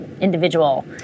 individual